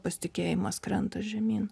pasitikėjimas krenta žemyn